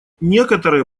некоторые